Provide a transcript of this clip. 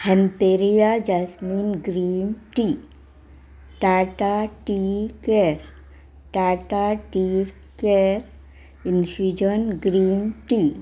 Emperia jasmine green tea Tata tea care Tata tea care infusion green T